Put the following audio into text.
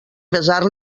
besar